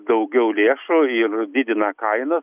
daugiau lėšų ir didina kainas